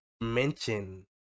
mention